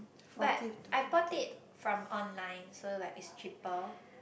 but I bought it from online so like it's cheaper